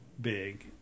big